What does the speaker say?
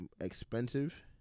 expensive